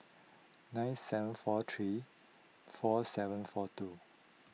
nine seven four three four seven four two